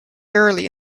early